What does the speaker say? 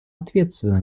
ответственно